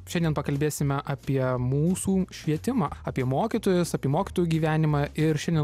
šiandien pakalbėsime apie mūsų švietimą apie mokytojos apie mokytojų gyvenimą ir šiandien